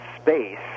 space